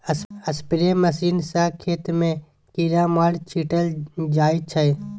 spray machine सँ खेत मे कीरामार छीटल जाइ छै